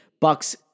Bucks